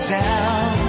down